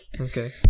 Okay